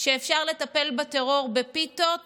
שאפשר לטפל בטרור בפיתות